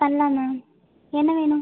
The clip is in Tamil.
பண்ணலா மேம் என்ன வேணும்